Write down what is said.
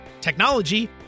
technology